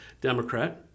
Democrat